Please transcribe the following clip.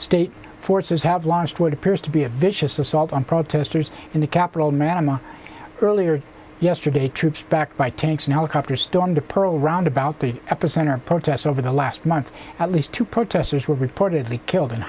state forces have launched what appears to be a vicious assault on protesters in the capital manama earlier yesterday troops backed by tanks and helicopter stormed to pearl roundabout the epicenter of protests over the last month at least two protesters were reportedly killed